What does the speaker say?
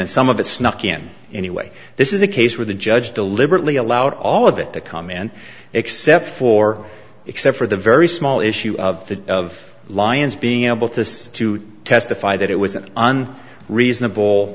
and some of it snuck in anyway this is a case where the judge deliberately allowed all of it to come in except for except for the very small issue of lions being able to to testify that it was an on reasonable